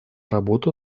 работу